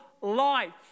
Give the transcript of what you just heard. life